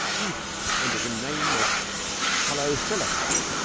even under the name of hullo, cellar-flap!